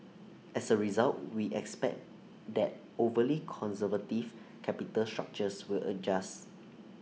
as A result we expect that overly conservative capital structures will adjust